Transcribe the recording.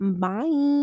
bye